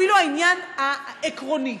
אפילו העניין העקרוני,